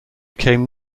came